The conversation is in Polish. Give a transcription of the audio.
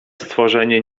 stworzenie